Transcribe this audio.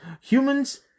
Humans